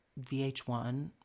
VH1